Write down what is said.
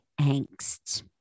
angst